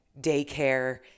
daycare